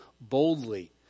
boldly